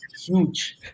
huge